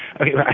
Okay